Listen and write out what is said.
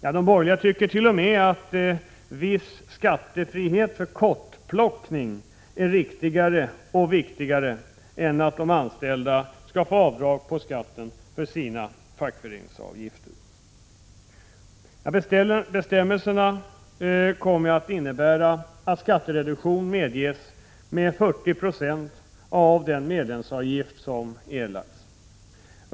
Ja, de borgerliga tycker t.o.m. att viss skattefrihet för kottplockning är riktigare och viktigare än att de anställda får skattereduktion för fackföreningsavgifter. Bestämmelserna kommer att innebära att skattereduktion medges med 40 26 av den medlemsavgift som erlagts.